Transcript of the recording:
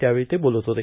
यावेळी ते बोलत होते